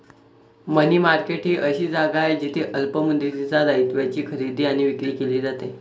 मनी market ही अशी जागा आहे जिथे अल्प मुदतीच्या दायित्वांची खरेदी आणि विक्री केली जाते